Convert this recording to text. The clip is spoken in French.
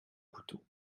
couteau